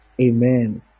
Amen